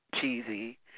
cheesy